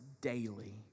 daily